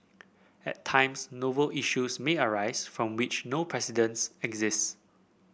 at times novel issues may arise from which no precedents exist